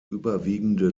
überwiegende